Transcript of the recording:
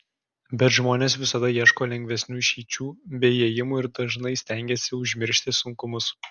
bet žmonės visada ieško lengvesnių išeičių bei ėjimų ir dažnai stengiasi užmiršti sunkumus